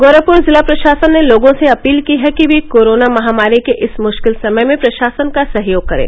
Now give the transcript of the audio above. गोरखपुर जिला प्रशासन ने लोगों से अपील की है कि वे कोरोना महामारी के इस मुश्किल समय में प्रशासन का सहयोग करें